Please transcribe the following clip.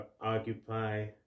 occupy